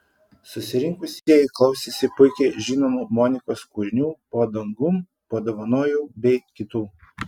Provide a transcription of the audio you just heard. susirinkusieji klausėsi puikiai žinomų monikos kūrinių po dangum padovanojau bei kitų